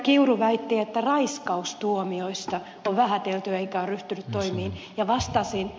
kiuru väitti että raiskaustuomioita on vähätelty eikä ole ryhdytty toimiin